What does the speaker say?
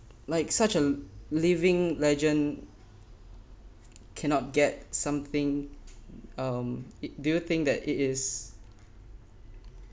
like such a living legend cannot get something um it do you think that it is